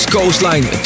Coastline